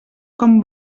com